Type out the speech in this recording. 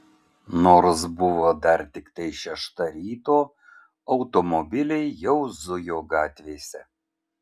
nors buvo dar tiktai šešta ryto automobiliai jau zujo gatvėse